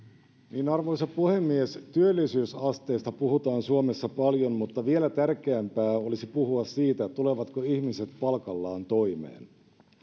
arvoisa puhemies työllisyysasteesta puhutaan suomessa paljon mutta vielä tärkeämpää olisi puhua siitä tulevatko ihmiset palkallaan toimeen